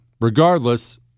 Regardless